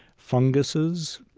funguses,